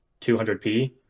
200p